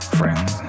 friends